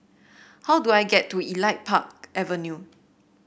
how do I get to Elite Park Avenue